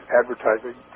advertising